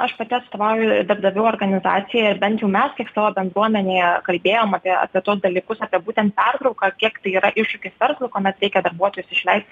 aš pati atstovauju darbdavių organizaciją ir bent jau mes savo bendruomenėje kalbėjom apie apie tuos dalykus apie būtent pertrauką kiek tai yra iššūkis verslui kuomet reikia darbuotojus išleisti